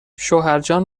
شوهرجان